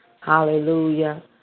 Hallelujah